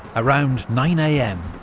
around nine am,